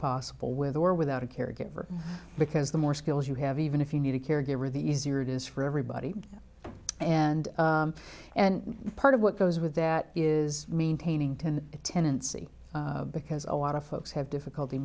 possible with or without a caregiver because the more skills you have even if you need a caregiver the easier it is for everybody and and part of what goes with that is maintaining ten tenancy because a lot of folks have difficulty